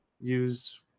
use